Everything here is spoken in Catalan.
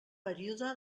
període